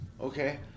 Okay